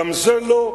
גם זה לא.